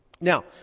Now